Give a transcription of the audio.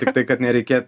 tiktai kad nereikėt